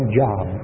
job